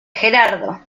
gerardo